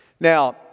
Now